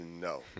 No